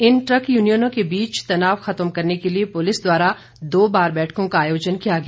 इन truck यूनियनों के बीच में तनाव खत्म करने के लिए पुलिस द्वारा दो बार बैठकों का आयोजन किया गया